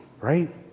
right